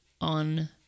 on